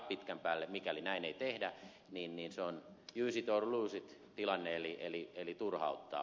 pitkän päälle mikäli näin ei tehdä se on use it or lose it tilanne eli turhauttaa